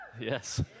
Yes